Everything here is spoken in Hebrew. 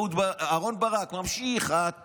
אהרן ברק ממשיך: את נפלאה.